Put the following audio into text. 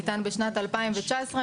שניתן בשנת 2019,